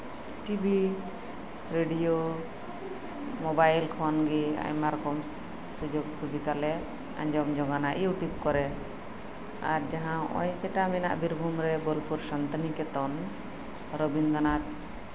TV radio mobile ᱠᱷᱚᱱᱜᱮ ᱟᱭᱢᱟ ᱨᱚᱠᱚᱢ ᱥᱩᱡᱳᱜ ᱥᱩᱵᱤᱫᱷᱟᱞᱮ ᱟᱸᱡᱚᱢ ᱡᱚᱝᱼᱟ ᱤᱭᱩᱴᱩᱵ ᱠᱚᱨᱮ ᱡᱟᱸᱦᱟ ᱱᱚᱜ ᱚᱭ ᱡᱮᱴᱟ ᱢᱮᱱᱟᱞ ᱵᱳᱞᱯᱩᱨ ᱥᱟᱱᱛᱤᱱᱤᱠᱮᱛᱚᱱ ᱨᱚᱵᱤᱱᱫᱚᱨᱚᱱᱟᱛᱷ